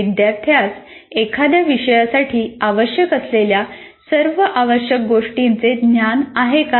विद्यार्थ्यास एखाद्या विषयासाठी आवश्यक असलेल्या सर्व आवश्यक गोष्टींचे ज्ञान आहे काय